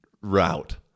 route